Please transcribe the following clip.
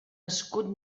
escut